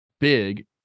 big